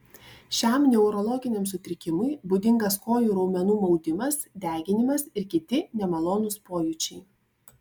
šiam neurologiniam sutrikimui būdingas kojų raumenų maudimas deginimas ir kiti nemalonūs pojūčiai